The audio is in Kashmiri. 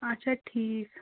اچھا ٹھیٖک